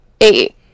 eight